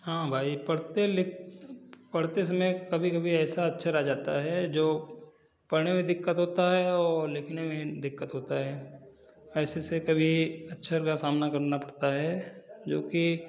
हाँ भाई पढ़ते लिख पढ़ते समय कभी कभी ऐसा अक्षर आ जाता है जो पढ़ने में दिक्कत होता है और लिखने में दिक्कत होता है ऐसे ऐसे कभी अक्षर का सामना करना पड़ता है जो कि